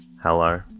Hello